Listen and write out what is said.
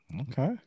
Okay